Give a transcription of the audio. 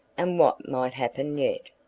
and what might happen yet.